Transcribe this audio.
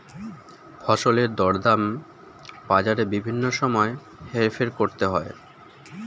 ফসলের দরদাম বাজারে বিভিন্ন সময় হেরফের করতে থাকে